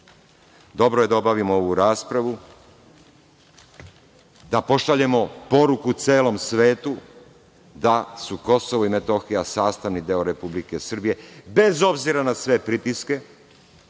Dobro je da obavimo ovu raspravu, da pošaljemo poruku celom svetu da su Kosovo i Metohija sastavni deo Republike Srbije, bez obzira na sve pritiske,